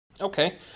Okay